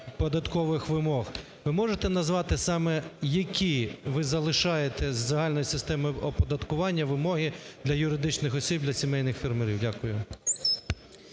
податкових вимог. Ви можете назвати, саме які ви залишаєте із загальної системи оподаткування вимоги для юридичних осіб для сімейних фермерів? Дякую.